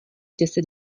deset